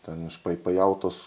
ten iš pai pajautos